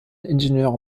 ingenieur